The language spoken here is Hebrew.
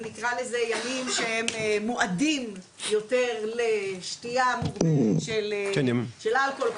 נקרא לזה ימים מועדים יותר לשתייה מוגברת של אלכוהול,